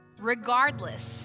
regardless